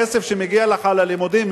הכסף שמגיע לך ללימודים,